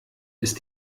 ist